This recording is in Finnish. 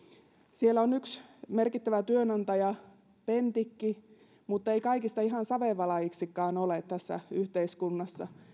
siellä on yksi merkittävä työnantaja pentik mutta ei kaikista ihan savenvalajiksikaan ole tässä yhteiskunnassa